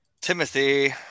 Timothy